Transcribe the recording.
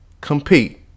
Compete